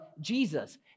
Jesus